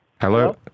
Hello